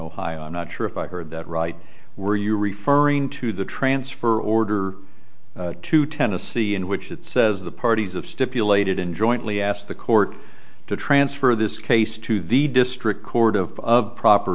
ohio i'm not sure if i heard that right were you referring to the transfer order to tennessee in which it says the parties of stipulated in jointly asked the court to transfer this case to the district court of proper